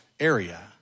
area